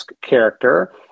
Character